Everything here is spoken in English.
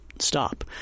Stop